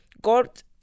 God